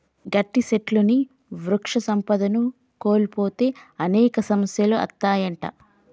గట్టి సెట్లుని వృక్ష సంపదను కోల్పోతే అనేక సమస్యలు అత్తాయంట